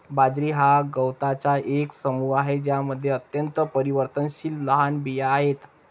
बाजरी हा गवतांचा एक समूह आहे ज्यामध्ये अत्यंत परिवर्तनशील लहान बिया आहेत